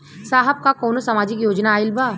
साहब का कौनो सामाजिक योजना आईल बा?